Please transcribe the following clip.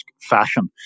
fashion